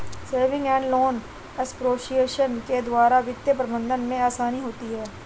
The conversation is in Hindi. सेविंग एंड लोन एसोसिएशन के द्वारा वित्तीय प्रबंधन में आसानी होती है